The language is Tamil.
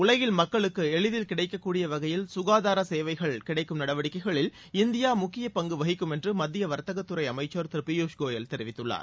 உலகில் மக்களுக்கு எளிதில் கிடைக்கக் கூடிய வகையில் சுகாதார சேவைகள் கிடைக்கும் நடவடிக்கைளில் இந்தியா முக்கிய பங்கு வகிக்கும் என்று மத்திய வர்த்தக துறை அமைச்சர் திருபியூஷ் கோயல் தெரிவித்துள்ளார்